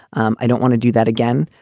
um i don't want to do that again.